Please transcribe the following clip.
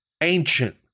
ancient